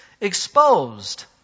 exposed